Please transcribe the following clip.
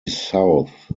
south